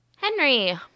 Henry